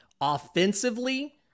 Offensively